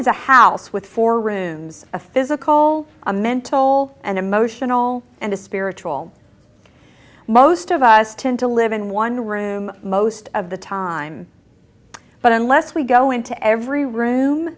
is a house with four rooms a physical a mental and emotional and a spiritual most of us tend to live in one room most of the time but unless we go into every room